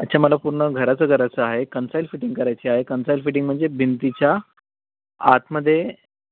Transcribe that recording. अच्छा मला पूर्ण घराचं करायचं आहे कन्सायल फिटींग करायची आहे कन्सायल फिटींग म्हणजे भिंतीच्या आतमध्ये